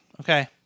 Okay